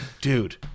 dude